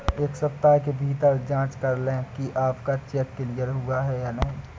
एक सप्ताह के भीतर जांच लें कि आपका चेक क्लियर हुआ है या नहीं